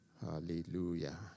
Hallelujah